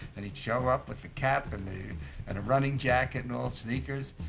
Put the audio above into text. and he's show up with the cap and the and running jacket and all, sneakers.